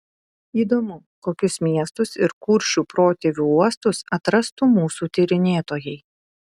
įdomu kokius miestus ir kuršių protėvių uostus atrastų mūsų tyrinėtojai